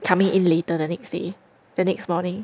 coming in later the next day the next morning